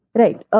right